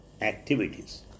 activities